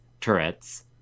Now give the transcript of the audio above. turrets